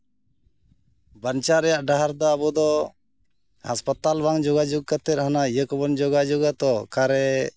ᱵᱟᱧᱪᱟᱜ ᱨᱮᱭᱟᱜ ᱰᱟᱦᱟᱨ ᱫᱚ ᱟᱵᱚᱫᱚ ᱦᱟᱸᱥᱯᱟᱛᱟᱞ ᱵᱟᱝ ᱡᱳᱜᱟᱡᱳᱜᱽ ᱠᱟᱛᱮ ᱚᱱᱟ ᱤᱭᱟᱹ ᱠᱚᱵᱚᱱ ᱡᱳᱜᱟᱡᱳᱜᱟ ᱛᱚ ᱚᱠᱟᱨᱮ